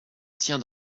tient